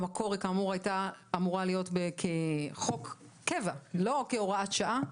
במקור היא כאמור הייתה אמורה להיות כחוק קבע ולא כהוראת שעה.